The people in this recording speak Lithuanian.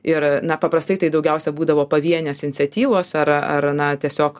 ir na paprastai tai daugiausia būdavo pavienės inciatyvos ar ar na tiesiog